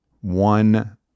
one